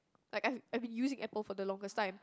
like I I've been using Apple for the longest time